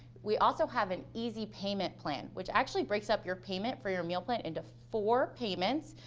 we also have an easy payment plan which actually breaks up your payment for your meal plan into four payments,